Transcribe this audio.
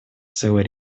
целый